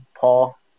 Paul